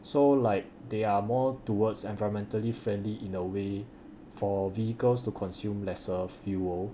so like they are more towards environmentally friendly in a way for vehicles to consume lesser fuel